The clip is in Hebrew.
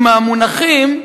עם המונחים.